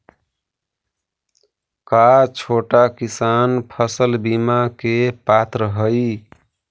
का छोटा किसान फसल बीमा के पात्र हई?